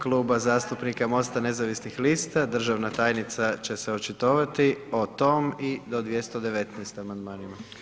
Klub zastupnika MOST-a nezavisnih lista, državna tajnica će se očitovati o tom i do 219. amandmana.